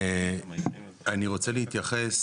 אני רוצה להתייחס